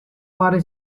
pare